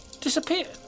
disappeared